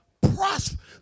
Prosper